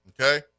Okay